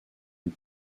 une